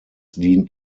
dient